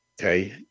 Okay